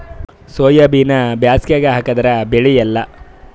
ಸೋಯಾಬಿನ ಬ್ಯಾಸಗ್ಯಾಗ ಹಾಕದರ ಬೆಳಿಯಲ್ಲಾ?